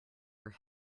your